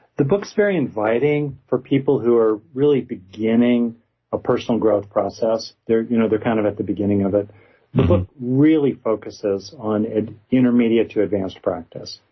the book's very inviting for people who are really beginning a personal growth process. they're you know they're kind of at the beginning of it. the book but really focuses on an intermediate to advanced practice.